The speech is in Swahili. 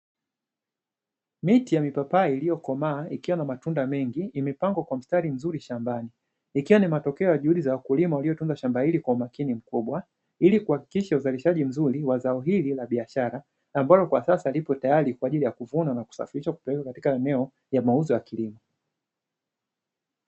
Miti ya mipapai iliyo komaa ikiwa na matunda mengi imepangwa kwa mistari vizuri shambani ikiwa ni matokeo za juhudi za wakulima walio tunza shamba hili makini mkubwa ili kuhakikisha uzalishaji mzuri zao hili la biashara ambalo kwa sasa liko tayari kwajili ya kuzunwa na kusafirishwa na kupelekwa katika eneo la mauzo ya kilimo.